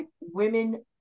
women